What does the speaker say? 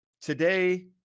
today